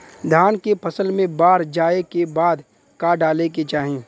धान के फ़सल मे बाढ़ जाऐं के बाद का डाले के चाही?